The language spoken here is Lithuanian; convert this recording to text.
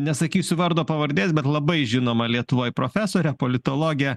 nesakysiu vardo pavardės bet labai žinoma lietuvoj profesorė politologė